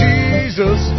Jesus